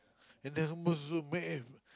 and then hummus Zul make and